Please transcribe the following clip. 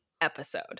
Episode